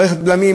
מערכת בלמים,